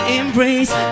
embrace